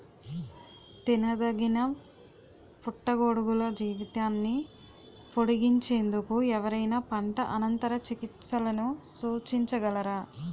తినదగిన పుట్టగొడుగుల జీవితాన్ని పొడిగించేందుకు ఎవరైనా పంట అనంతర చికిత్సలను సూచించగలరా?